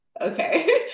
Okay